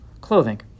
clothing